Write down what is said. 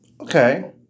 Okay